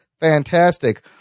fantastic